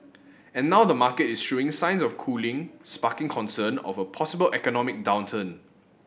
and now the market is showing signs of cooling sparking concern of a possible economic downturn